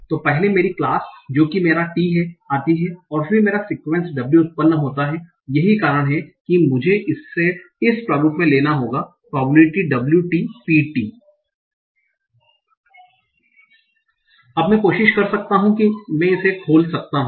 तो पहले मेरी क्लास जो कि मेरा T हैं आती है और फिर मेरा सिक्यूएन्स W उत्पन्न होता है यही कारण है कि मुझे इसे इस प्रारूप में लेना होगा probability W T P T अब मैं कोशिश कर सकता हूं और इसे खोल सकता हूं